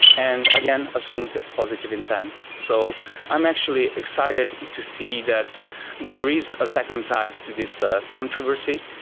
and again, assume positive intent. so i'm actually excited to see that there is a second side to this ah controversy,